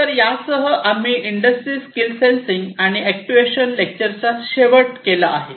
तर यासह आम्ही इंडस्ट्री स्किल सेन्सिंग आणि अॅक्ट्यूएशन लेक्चरचा शेवट केला आहे